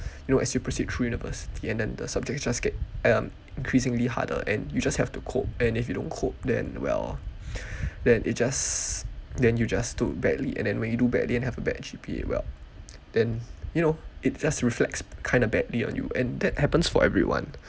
you know as you proceed through university and the subjects just get um increasingly harder and you just have to cope and if you don't cope then well then it just then you just do badly and when you do badly and have a bad G_P_A well then you know it does reflects kind of badly on you and that happens for everyone